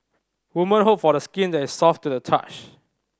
woman hope for skin that is soft to the touch